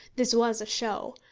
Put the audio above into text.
this was a show,